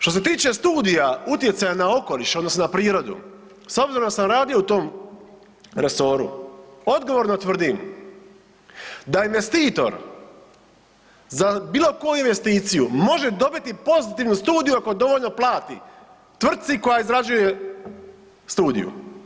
Što se tiče studija utjecaja na okoliš odnosno na prirodu, s obzirom da sam radio u tom resoru odgovorno tvrdim da investitor za bilo koju investiciju može dobiti pozitivnu studiju ako dovoljno plati tvrtci koja izrađuje studiju.